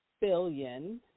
billion